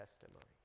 testimony